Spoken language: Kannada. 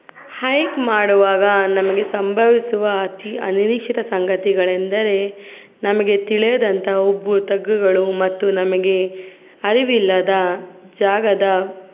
ಹೈಕ್ ಮಾಡುವಾಗ ನಮಗೆ ಸಂಭವಿಸುವ ಅತಿ ಅನಿರೀಕ್ಷಿತ ಸಂಗತಿಗಳೆಂದರೆ ನಮಗೆ ತಿಳಿಯದಂಥ ಉಬ್ಬು ತಗ್ಗುಗಳು ಮತ್ತು ನಮಗೆ ಅರಿವಿಲ್ಲದ ಜಾಗದ